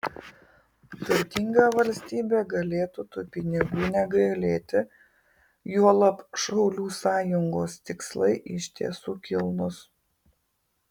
turtinga valstybė galėtų tų pinigų negailėti juolab šaulių sąjungos tikslai iš tiesų kilnūs